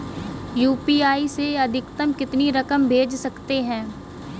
UPI से अधिकतम कितनी रकम भेज सकते हैं?